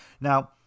Now